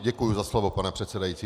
Děkuju za slovo, pane předsedající.